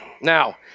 Now